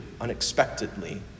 unexpectedly